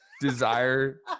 desire